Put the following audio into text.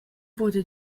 wurde